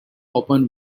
open